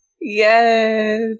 Yes